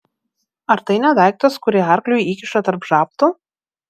ar tai ne daiktas kurį arkliui įkiša tarp žabtų